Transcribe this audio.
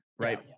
right